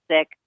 sick